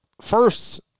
first